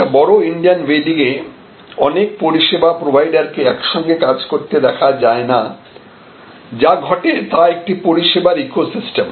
একটি বড় Indian wedding এ অনেক পরিষেবা প্রোভাইডারকে একসঙ্গে কাজ করতে দেখা যায় না যা ঘটে তা একটি পরিষেবার ইকোসিস্টেম